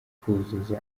kuzuza